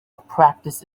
practice